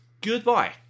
goodbye